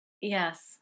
Yes